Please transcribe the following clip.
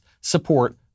support